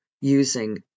using